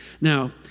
Now